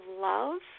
love